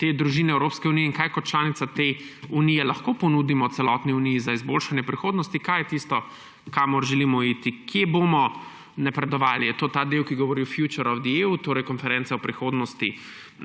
te družine Evropske unije in kaj kot članica te Unije lahko ponudimo celotni Uniji za izboljšanje prihodnosti? Kaj je tisto, kamor želimo iti, kje bomo napredovali? Ali je to ta del, ki govori o »the future of the EU«, torej konferenca o prihodnosti